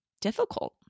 difficult